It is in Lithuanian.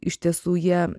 iš tiesų jie